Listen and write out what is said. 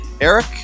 eric